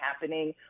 happening